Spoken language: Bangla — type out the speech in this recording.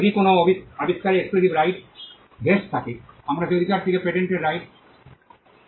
যদি কোনও আবিষ্কারে এক্সকুসিভ রাইট ভেস্ট থাকে আমরা সেই অধিকারটিকে পেটেন্টের রাইট বলব